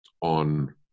on